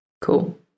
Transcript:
Cool